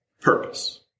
purpose